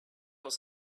was